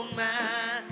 man